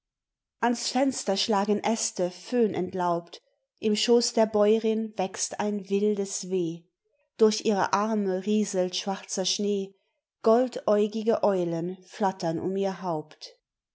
ans fenster schlagen äste föhnentlaubt im schoß der bäurin wächst ein wildes weh durch ihre arme rieselt schwarzer schnee goldäugige eulen flattern um ihr haupt